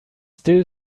still